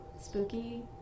spooky